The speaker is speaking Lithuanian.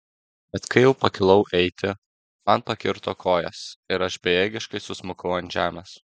bet kai jau pakilau eiti man pakirto kojas ir aš bejėgiškai susmukau ant žemės